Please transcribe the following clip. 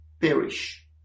perish